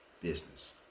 business